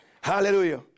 hallelujah